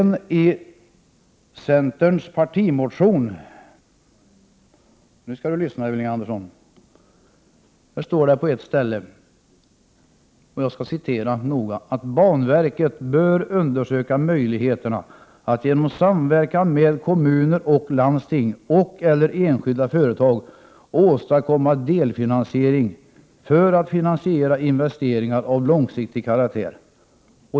Nu skall Elving Andersson lyssna: I centerns partimotion framhålls det att centern anser att banverket bör undersöka möjligheterna att genom samverkan med kommuner och landsting och/eller enskilda företag åstadkomma delfinansiering för att finansiera investeringar av långsiktig karaktär.